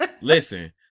listen